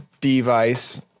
device